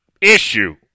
issue